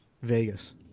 Vegas